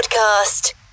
podcast